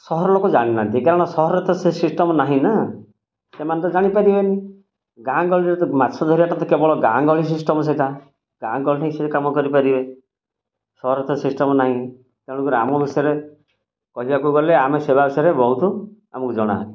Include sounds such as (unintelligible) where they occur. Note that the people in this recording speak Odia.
ସହର ଲୋକ ଜାଣି ନାହାଁନ୍ତି କାରଣ ସହରରେ ତ ସେ ସିଷ୍ଟମ୍ ନାହିଁ ନା ସେମାନେ ତ ଜାଣି ପାରିବେନି ଗାଁଗହଳିରେ ତ ମାଛ ଧରିବାଟା ତ କେବଳ ଗାଁଗହଳି ସିଷ୍ଟମ୍ ସେଇଟା ଗାଁଗହଳିରେ ସେ କାମ କରିପାରିବେ ସହରରେ ତ ସିଷ୍ଟମ୍ ନାହିଁ ତେଣୁ ଗ୍ରାମ ବିଷୟରେ କହିବାକୁ ଗଲେ ଆମେ ସେ (unintelligible) ବହୁତ ଆମକୁ ଜଣା